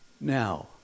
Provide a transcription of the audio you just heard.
now